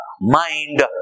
mind